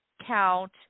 count